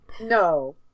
no